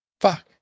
Fuck